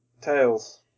Tails